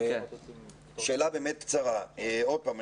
עוד פעם,